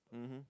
mmhmm